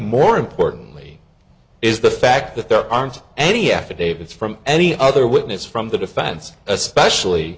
more importantly is the fact that there aren't any affidavits from any other witness from the defense especially